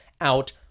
out